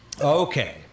Okay